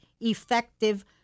effective